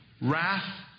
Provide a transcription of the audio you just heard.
Wrath